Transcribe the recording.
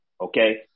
Okay